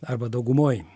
arba daugumoj